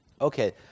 Okay